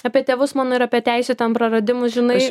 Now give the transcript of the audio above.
apie tėvus mano ir apie teisių ten praradimus žinai